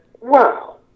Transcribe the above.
wow